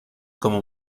como